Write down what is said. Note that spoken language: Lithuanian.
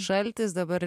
šaltis dabar